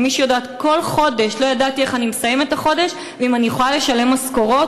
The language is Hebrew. כל חודש לא ידעתי איך אני מסיימת את החודש ואם אני יכולה לשלם משכורות.